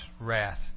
wrath